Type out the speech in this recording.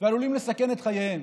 ועלולים לסכן את חייהם.